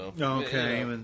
Okay